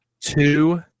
two